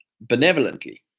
benevolently